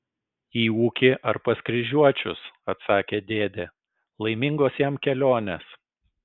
į ūkį ar pas kryžiuočius atsakė dėdė laimingos jam kelionės